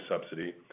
Subsidy